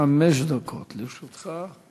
חמש דקות לרשותך.